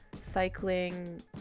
cycling